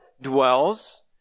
dwells